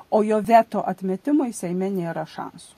o jo veto atmetimui seime nėra šansų